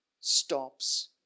stops